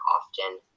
often